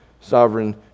sovereign